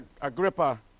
Agrippa